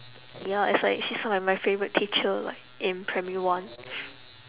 ya it's like she's like my favourite teacher like in primary one